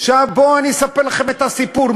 בואו אני אספר לכם את הסיפור,